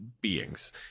beings